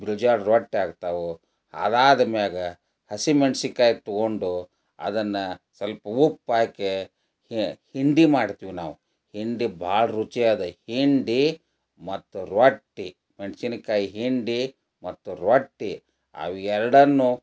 ಗೊಂಜೋಳ ರೊಟ್ಟಿ ಆಗ್ತಾವು ಅದಾದ ಮ್ಯಾಗ ಹಸಿಮೆಣ್ಸಿನ್ಕಾಯಿ ತಗೊಂಡು ಅದನ್ನು ಸ್ವಲ್ಪ ಉಪ್ಪು ಹಾಕಿ ಹಿಂಡಿ ಮಾಡ್ತೀವಿ ನಾವು ಹಿಂಡಿ ಭಾಳ ರುಚಿ ಅದ ಹಿಂಡಿ ಮತ್ತು ರೊಟ್ಟಿ ಮೆಣ್ಸಿನ್ಕಾಯಿ ಹಿಂಡಿ ಮತ್ತು ರೊಟ್ಟಿ ಅವು ಎರಡನ್ನು